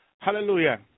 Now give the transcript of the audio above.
Hallelujah